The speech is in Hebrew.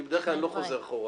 כי בדרך כלל אני לא חוזר אחורה.